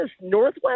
northwest